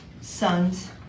sons